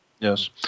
Yes